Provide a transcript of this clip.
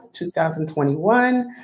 2021